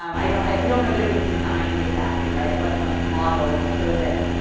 um i don't, i don't know that it was designed, exactly, right, it wasn't like, modeled so that,